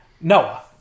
Noah